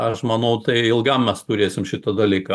aš manau tai ilgam mes turėsim šitą dalyką